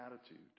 attitude